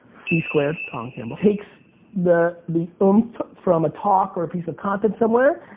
c-squared, colin campbell, takes the the humph from a talk or a piece of content somewhere,